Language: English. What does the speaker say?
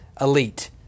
elite